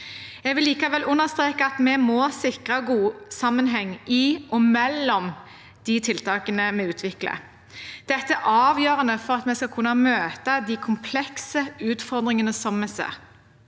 Jeg vil likevel understreke at vi må sikre god sammenheng i og mellom de tiltakene vi utvikler. Dette er avgjørende for at vi skal kunne møte de komplekse utfordringene som vi ser.